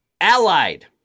Allied